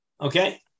Okay